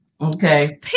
Okay